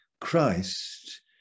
christ